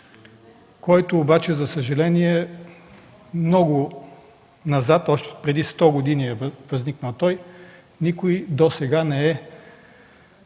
който обаче за съжаление много назад, още преди 100 години е възникнал, но никой досега не е